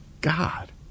god